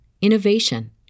innovation